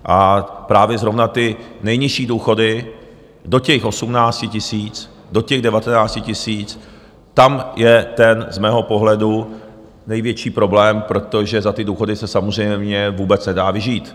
A právě zrovna ty nejnižší důchody do těch 18 000, do těch 19 000, tam je ten z mého pohledu největší problém, protože za ty důchody se samozřejmě vůbec nedá vyžít.